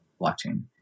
blockchain